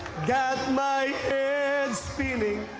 got my head spinning,